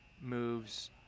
moves